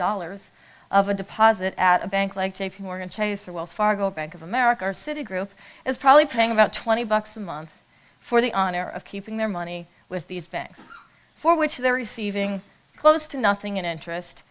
dollars of a deposit at a bank like j p morgan chase or wells fargo bank of america or citigroup is probably paying about twenty dollars a month for the honor of keeping their money with these banks for which they're receiving close to nothing in interest